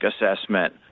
assessment